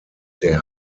der